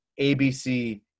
ABC